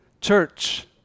Church